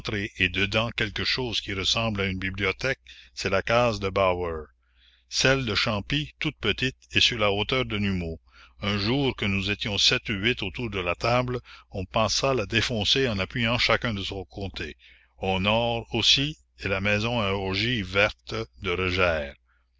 et dedans quelque chose qui ressemble à une bibliothèque c'est la case de bauër celle de champi toute petite est sur la hauteur de numo un jour que nous étions sept ou huit autour de la table on pensa la défoncer en appuyant chacun de son côté au nord aussi est la maison à ogives vertes de